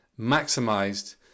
maximized